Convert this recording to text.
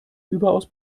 überaus